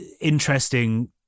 interesting